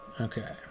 Okay